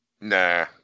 Nah